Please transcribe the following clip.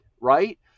right